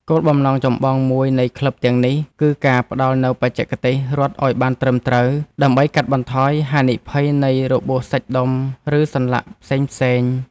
គោលបំណងចម្បងមួយនៃក្លឹបទាំងនេះ គឺការផ្តល់នូវបច្ចេកទេសរត់ឱ្យបានត្រឹមត្រូវ ដើម្បីកាត់បន្ថយហានិភ័យនៃរបួសសាច់ដុំ ឬសន្លាក់ផ្សេងៗ។